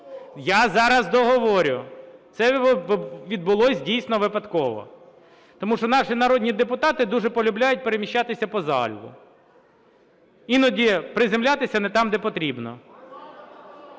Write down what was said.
Я зараз договорю. Це відбулось дійсно випадково, тому що наші народні депутати дуже полюбляють переміщатися по залу, іноді приземлятися не там, де потрібно.